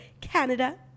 Canada